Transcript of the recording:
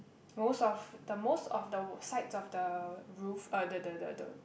most of the most of the the sides of the roof uh the the the the